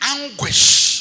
anguish